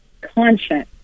conscience